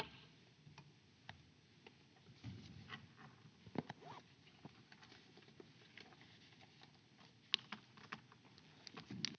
Kiitos